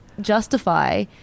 justify